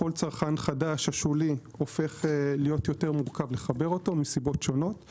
כל צרכן חדש ששולי הופך להיות יותר מורכב לחבר אותו מסיבות שונות.